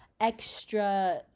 extra